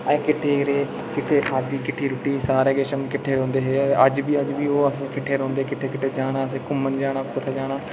अस किट्ठे रेह् किट्ठे खाद्धी सारें किट्ठे रुट्टी खाद्धी ते रौहंदे हे अज्ज बी अज्ज बी ओह् किट्ठे रौहंदे हे किट्ठे किट्ठे जाना असें घुम्मन जाना